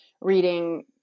reading